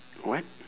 what